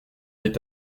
est